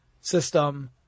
system